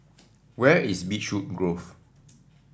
where is Beechwood Grove